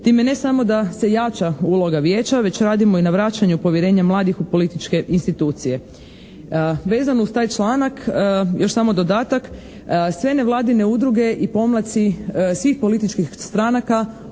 Time ne samo da se jača uloga Vijeća već radimo i na vraćanju povjerenja mladih u političke institucije. Vezano uz taj članak još samo dodatak. Sve nevladine udruge i pomladci svih političkih stranaka